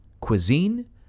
Cuisine